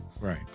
Right